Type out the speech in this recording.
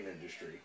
industry